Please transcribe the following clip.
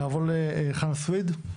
נעבור לחנא סווייד.